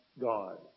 God